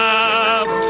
up